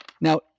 Now